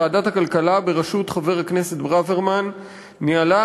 ועדת הכלכלה בראשות חבר הכנסת ברוורמן ניהלה